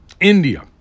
India